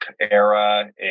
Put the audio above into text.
era